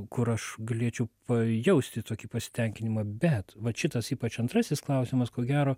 kur aš galėčiau pajausti tokį pasitenkinimą bet vat šitas ypač antrasis klausimas ko gero